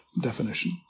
definition